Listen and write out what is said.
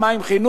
מה עם חינוך?